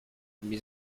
mes